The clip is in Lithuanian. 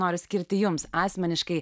noriu skirti jums asmeniškai